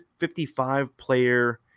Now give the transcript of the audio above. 55-player